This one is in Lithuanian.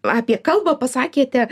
apie kalbą pasakėte